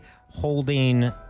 holding